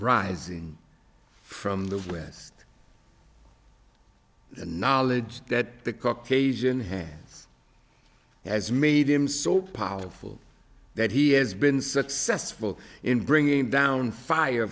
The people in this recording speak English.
rising from the west the knowledge that the caucasian hands has made him so powerful that he has been successful in bringing down fire